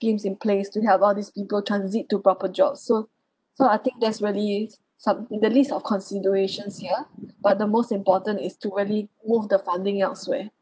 schemes in place to help all this people transit to proper job so so I think that's really s~ some the least of considerations here but the most important is to really move the funding elsewhere